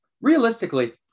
realistically